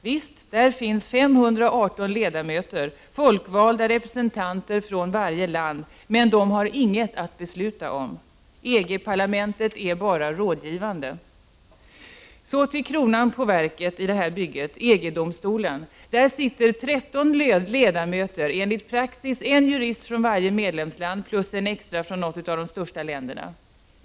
Visst, där finns 518 ledamöter, folkvalda representanter från varje land, men de har inget att besluta om. EG-parlamentet är bara rådgivande. Så till kronan på verket i det här bygget: EG-domstolen. Där sitter 13 ledamöter, enligt praxis en jurist från varje medlemsland plus en extra från något av de största länderna.